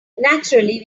naturally